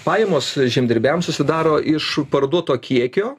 pajamos žemdirbiams susidaro iš parduoto kiekio